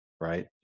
right